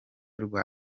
rwa